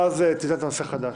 ואז תטען נושא חדש.